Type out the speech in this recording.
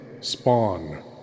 Spawn